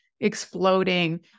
exploding